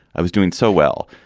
i was doing so well.